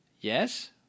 yes